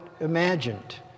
imagined